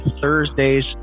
thursdays